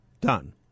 Done